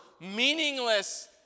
meaningless